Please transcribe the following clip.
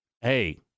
hey